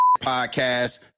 podcast